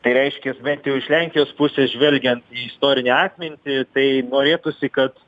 tai reiškia bent jau iš lenkijos pusės žvelgiant į istorinę atmintį tai norėtųsi kad